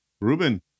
Ruben